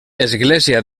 església